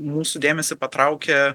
mūsų dėmesį patraukė